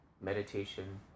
meditation